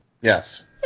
Yes